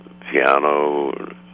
piano